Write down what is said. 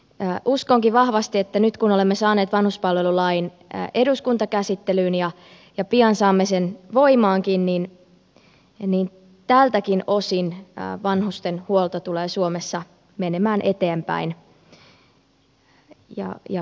uskonkin vahvasti että nyt kun olemme saaneet vanhuspalvelulain eduskuntakäsittelyyn ja pian saamme sen voimaankin tältäkin osin vanhustenhuolto tulee suomessa menemään eteenpäin ja kehittymään